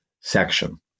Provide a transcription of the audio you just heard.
section